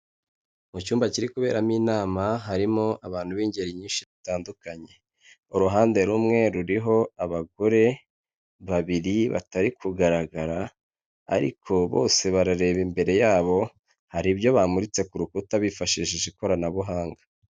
Mu cyumba kiri kuberamo inama harimo abantu b'ingeri nyinshi batandukanye, uruhande rumwe ruriho abagore babiri batari kugaragara, ariko bose barareba imbere yabo hari ibyo bamuritse ku rukuta bifashishije ikoranabuhanga.